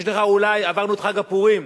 עברנו את חג הפורים.